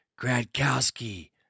Gradkowski